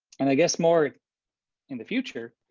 and i guess more in the future